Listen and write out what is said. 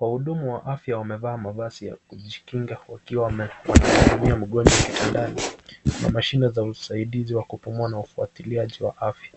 Wahudumu wa afya wamevaa mavazi ya kujikinga wakiwa wanamfanyia mgonjwa kitandani. Kuna mashine za msaidizi wa kupumua na ufuatiliaji wa afya.